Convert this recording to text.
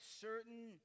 certain